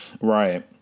Right